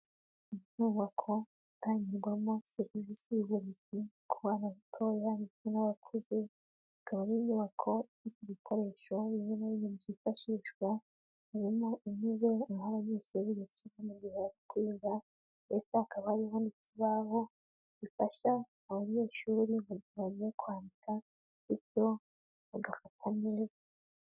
Inyubako itangirwamo serivisi y'uburezi ku bana batoya ndetse n'abakuze, ikaba ari inyubako ifite ibikoresho bimwe na bimwe byifashishwa, harimo intebe n'aho abanyeshuri bicara mu gihe bari kwiga, ndetse hakaba hariho n'ikibaho gifasha abanyeshuri gusoma no kwandika, bityo bagafata neza.